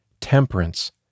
temperance